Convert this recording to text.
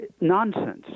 nonsense